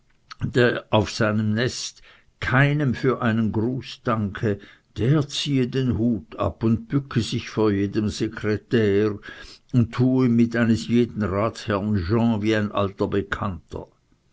auf seinem nest keinem für einen gruß danke so ziehe er den hut ab und bücke sich vor jedem sekretär und tue mit eines jeden ratsherren jean wie ein alter bekannter